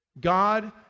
God